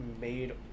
made